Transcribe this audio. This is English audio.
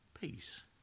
Peace